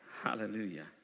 Hallelujah